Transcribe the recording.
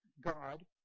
god